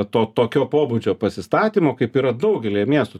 to tokio pobūdžio pasistatymo kaip yra daugelyje miestų